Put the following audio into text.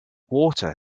water